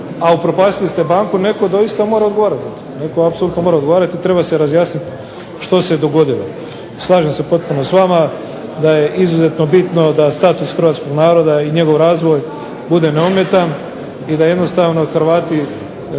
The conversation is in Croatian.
a upropastili ste banku netko doista mora odgovarati za to. Netko apsolutno mora odgovarati i treba se razjasniti što se je dogodilo. Slažem se potpuno s vama da je izuzetno bitno da status hrvatskog naroda i njegov razvoj bude neometan i da jednostavno Hrvati